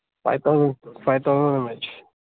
five thousand five thousand mah